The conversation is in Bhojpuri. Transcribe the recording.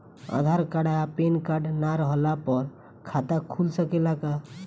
आधार कार्ड आ पेन कार्ड ना रहला पर खाता खुल सकेला का?